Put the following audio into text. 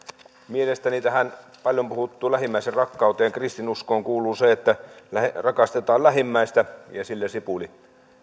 mielestäni tähän paljon puhuttuun lähimmäisenrakkauteen ja kristinuskoon kuuluu se että rakastetaan lähimmäistä ja sillä sipuli